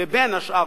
ובין השאר,